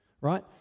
Right